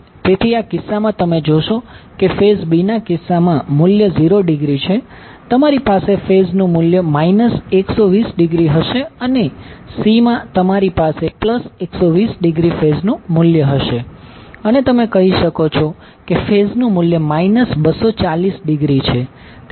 તેથી આ કિસ્સામાં તમે જોશો કે ફેઝ B ના કિસ્સામાં મૂલ્ય 0 ડિગ્રી છે તમારી પાસે ફેઝ નું મૂલ્ય માઇનસ 120 ડિગ્રી હશે અને C માં તમારી પાસે પ્લસ 120 ડિગ્રી ફેઝ મૂલ્ય હશે અને તમે કહી શકો છો કે ફેઝ નું મૂલ્ય માઇનસ 240 ડિગ્રી છે